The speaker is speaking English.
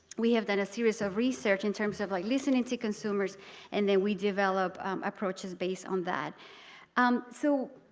we have done a series of research in terms of like listening to consumers and then we develop approaches based on that and um so